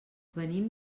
venim